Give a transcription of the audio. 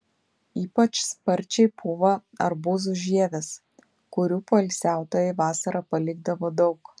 ypač sparčiai pūva arbūzų žievės kurių poilsiautojai vasarą palikdavo daug